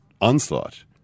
onslaught